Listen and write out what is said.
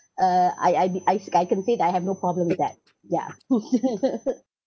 uh I I I I can say that I have no problem with that ya